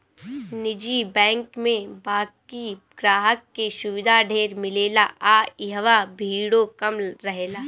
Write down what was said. निजी बैंक में बाकि ग्राहक के सुविधा ढेर मिलेला आ इहवा भीड़ो कम रहेला